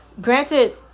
granted